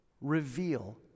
reveal